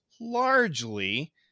largely